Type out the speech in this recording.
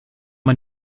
man